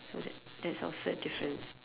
so that that's our third difference